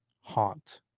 Haunt